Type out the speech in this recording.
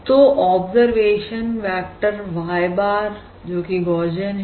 तो observation vector Y bar है जोकि गौशियन है